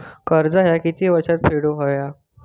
कर्ज ह्या किती वर्षात फेडून हव्या?